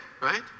right